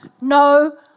no